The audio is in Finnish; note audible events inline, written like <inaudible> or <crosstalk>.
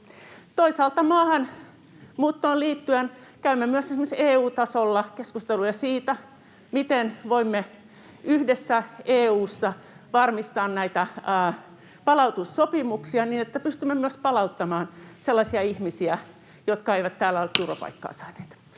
Toisaalta maahanmuuttoon liittyen käymme myös esimerkiksi EU-tasolla keskusteluja siitä, miten voimme yhdessä EU:ssa varmistaa näitä palautussopimuksia niin, että pystymme myös palauttamaan sellaisia ihmisiä, jotka eivät <noise> ole täällä turvapaikkaa saaneet.